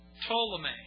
Ptolemy